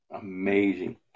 Amazing